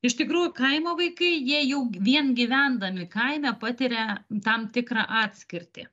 iš tikrųjų kaimo vaikai jie jau vien gyvendami kaime patiria tam tikrą atskirtį